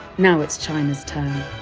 now it's china's turn